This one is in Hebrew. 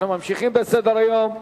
אנחנו ממשיכים בסדר-היום: